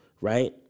right